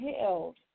held